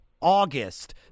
August